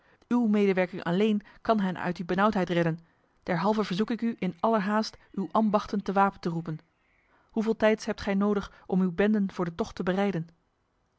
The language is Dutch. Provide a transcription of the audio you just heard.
uw medewerking alleen kan hen uit die benauwdheid redden derhalve verzoek ik u in allernaast uw ambachten te wapen te roepen hoeveel tijds hebt gij nodig om uw benden voor de tocht te bereiden